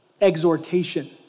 exhortation